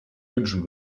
wünschen